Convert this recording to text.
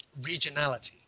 regionality